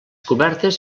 cobertes